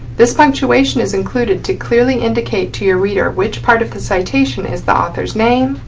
this punctuation is included to clearly indicate to your reader which part of the citation is the author's name,